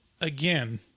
Again